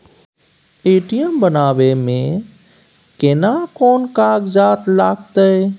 ATM बनाबै मे केना कोन कागजात लागतै?